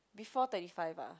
before thirty five lah